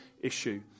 issue